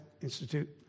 Institute